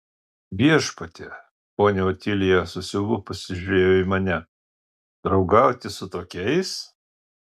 viešpatie ponia otilija su siaubu pasižiūrėjo į mane draugauti su tokiais